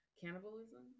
Cannibalism